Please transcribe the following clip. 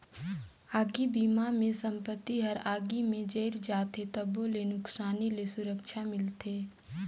आगी बिमा मे संपत्ति हर आगी मे जईर जाथे तबो ले नुकसानी ले सुरक्छा मिलथे